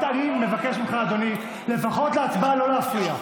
אני מבקש ממך, אדוני, לפחות בהצבעה לא להפריע.